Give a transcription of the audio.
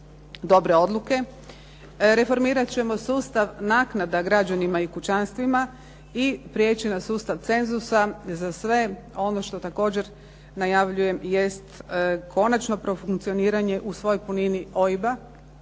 dobre odluke. Reformirat ćemo sustav naknada građanima i kućanstvima i prijeći na sustav cenzusa za sve ono što također najavljujem jest konačno profunkcioniranje u svoj punini OIB-a,